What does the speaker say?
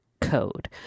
code